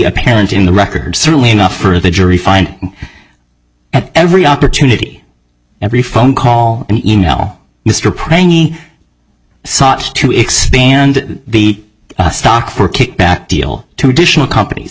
apparent in the record certainly enough for the jury find at every opportunity every phone call and e mail mr praying sought to expand the stock for kickback deal to dish will companies